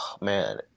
man